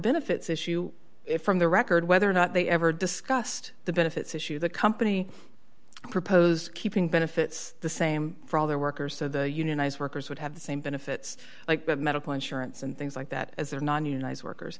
benefits issue from the record whether or not they ever discussed the benefits issue the company proposed keeping benefits the same for all their workers so the unionized workers would have the same benefits like medical insurance and things like that as their non unionized workers